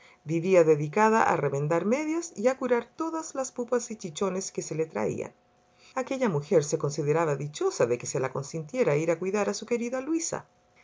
vivía dedicada a remendar medias y a curar todas las pupas y chichones que se le traían aquella mujer se consideraba dichosa de que se le consintiera ir a cuidar a su querida luisa